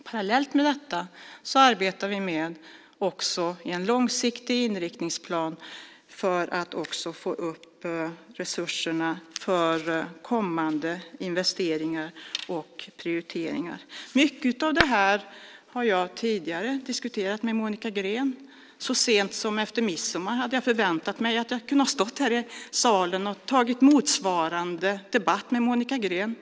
Parallellt med det arbetar vi med en långsiktig inriktningsplan för att öka resurserna för kommande investeringar och prioriteringar. Mycket av detta har jag tidigare diskuterat med Monica Green. Så sent som efter midsommar förväntade jag mig att stå här i salen och ha motsvarande debatt med Monica Green.